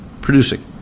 producing